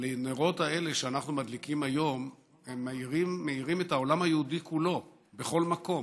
הנרות האלה שאנחנו מדליקים היום מאירים את העולם היהודי כולו בכל מקום.